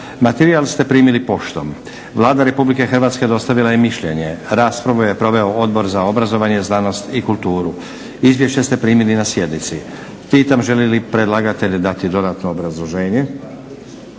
Materijal ste primili poštom. Vlada Republike Hrvatske dostavila je mišljenje. Raspravu je proveo Odbor za obrazovanje, znanost i kulturu. Izvješće ste primili na sjednici. Pitam želi li predlagatelj dati dodatno obrazloženje?